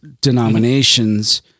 denominations